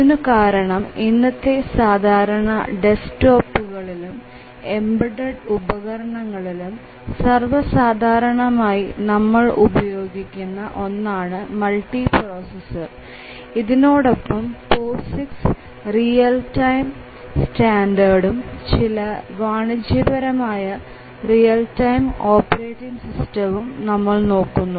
ഇതിനു കാരണം ഇന്നത്തെ സാധാരണ ഡെസ്ക്ടോപ്പ്കളിലും എംബഡഡ് ഉപകരണങ്ങളിലും സർവ്വസാധാരണമായി നമ്മൾ ഉപയോഗിക്കുന്ന ഒന്നാണ് മൾട്ടിപ്രോസസർ ഇതിനോടൊപ്പം POSIX റിയൽ ടൈം സ്റ്റാൻഡേർഉം ചില വാണിജ്യപരമായ റിയൽ ടൈം ഓപ്പറേറ്റിങ് സിസ്റ്റവും നമ്മൾ നോക്കുന്നു